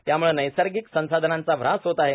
त्यामुळे नैर्सागक संसाधनांचा ऱ्हास होत आहे